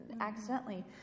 accidentally